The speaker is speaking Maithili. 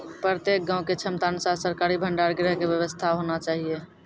प्रत्येक गाँव के क्षमता अनुसार सरकारी भंडार गृह के व्यवस्था होना चाहिए?